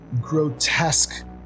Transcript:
grotesque